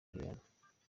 liliane